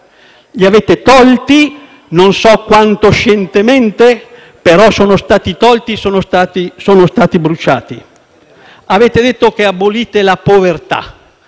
Li avete tolti, non so quanto scientemente, ma sono stati tolti e sono stati bruciati. Avete detto che abolite la povertà.